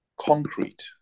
concrete